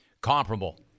Comparable